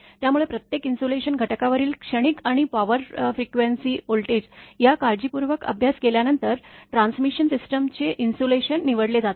त्यामुळे प्रत्येक इन्सुलेशन घटकावरील क्षणिक आणि पॉवर फ्रिक्वेन्सी व्होल्टेज चा काळजीपूर्वक अभ्यास केल्यानंतर ट्रान्समिशन सिस्टीमचे इन्सुलेशन निवडले जाते